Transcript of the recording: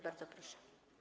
Bardzo proszę.